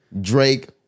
Drake